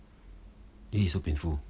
!ee! so painful